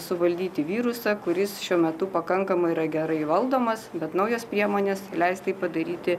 suvaldyti virusą kuris šiuo metu pakankamai yra gerai valdomas bet naujos priemonės leis tai padaryti